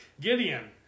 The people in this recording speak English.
Gideon